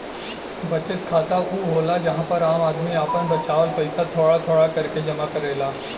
बचत खाता ऊ होला जहां पर आम आदमी आपन बचावल पइसा थोड़ा थोड़ा करके जमा करेला